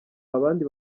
abandi